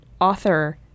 author